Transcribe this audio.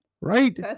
right